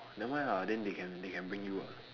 never mind ah then they can they can bring you [what]